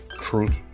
truth